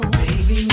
baby